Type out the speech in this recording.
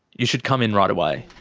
you should come in right away.